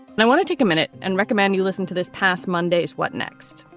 and i want to take a minute and recommend you listen to this past monday is what next?